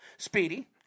Speedy